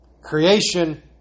creation